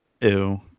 Ew